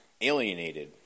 alienated